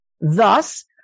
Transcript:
Thus